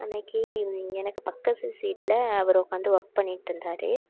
அன்னிக்கி எனக்கு பக்கத்து சீட்டில் அவர் உட்காந்து ஒர்க் பண்ணிகிட்டு இருந்தார்